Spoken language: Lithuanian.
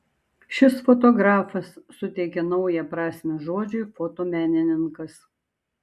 šis fotografas suteikė naują prasmę žodžiui fotomenininkas